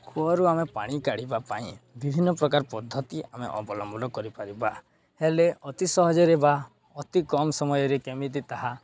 କୂଅରୁ ଆମେ ପାଣି କାଢ଼ିବା ପାଇଁ ବିଭିନ୍ନପ୍ରକାର ପଦ୍ଧତି ଆମେ ଅବଲମ୍ବନ କରିପାରିବା ହେଲେ ଅତି ସହଜରେ ବା ଅତି କମ୍ ସମୟରେ କେମିତି ତାହା